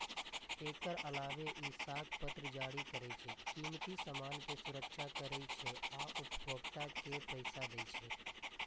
एकर अलावे ई साख पत्र जारी करै छै, कीमती सामान के सुरक्षा करै छै आ उपभोक्ता के पैसा दै छै